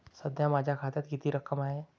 सध्या माझ्या खात्यात किती रक्कम आहे?